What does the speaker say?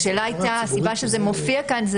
הסיבה לכך שזה מופיע כאן,